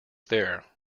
there